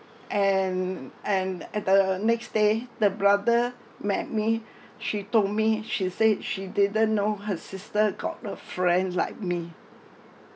and and at the next day the brother met me she told me she said she didn't know her sister got a friends like me